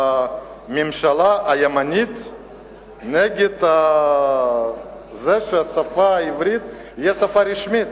הממשלה הימנית נגד זה שהשפה העברית תהיה שפה רשמית.